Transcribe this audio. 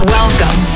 Welcome